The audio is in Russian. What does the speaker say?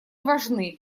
важны